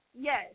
yes